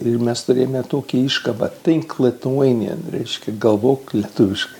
ir mes turėjome tokį iškabą fink litueinien reiškia galvok lietuviškai